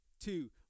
Two